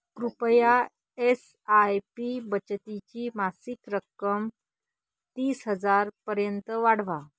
कृपया S I P बचतीची मासिक रक्कम तीस हजारपर्यंत वाढवा